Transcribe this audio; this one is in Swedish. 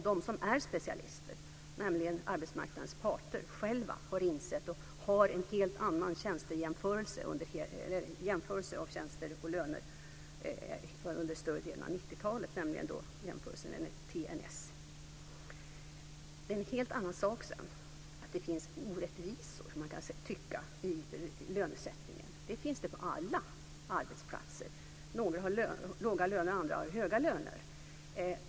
De som är specialister, dvs. arbetsmarknadens parter, har själva insett detta och har gjort en annan jämförelse av tjänster och löner under större delen av 90-talet, dvs. TNS. Det är sedan en helt annan sak att det finns orättvisor i lönesättningen. Det finns det på alla arbetsplatser. Några har låga löner, och andra har höga löner.